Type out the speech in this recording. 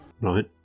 Right